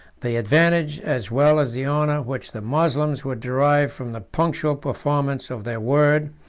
the advantage as well as the honor which the moslems would derive from the punctual performance of their word,